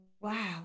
Wow